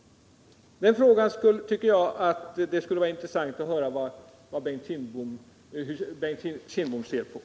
Hur ser Bengt Kindbom på den frågan?